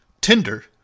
Tinder